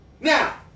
Now